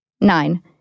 Nine